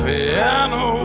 piano